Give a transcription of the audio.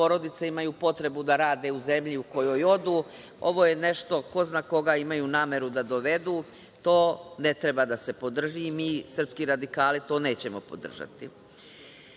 porodice imaju potrebu da rade u zemlji u koju odu. Ovo je nešto, ko zna koga imaju nameru da dovedu, to ne treba da se podrži i mi srpski radikali to nećemo podržati. Imamo